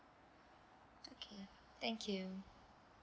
okay thank you